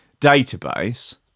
database